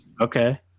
Okay